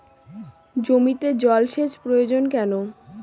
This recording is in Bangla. জমিতে জল সেচ প্রয়োজন কেন?